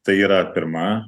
tai yra pirma